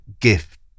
gift